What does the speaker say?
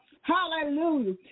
Hallelujah